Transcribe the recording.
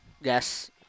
Yes